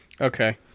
Okay